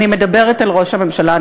אני מדברת אל ראש הממשלה.